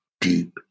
deep